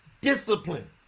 Discipline